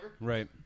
Right